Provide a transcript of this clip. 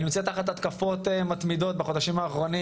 ונמצאת תחת התקפות מתמידות בחודשים האחרונים.